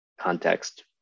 context